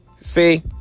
See